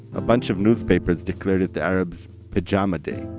a bunch of newspapers declared it the arabs' pajama day.